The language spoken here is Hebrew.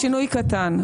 זה שינוי קטן.